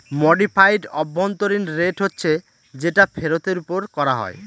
modified অভ্যন্তরীন rate হচ্ছে যেটা ফেরতের ওপর করা হয়